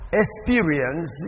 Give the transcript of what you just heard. experience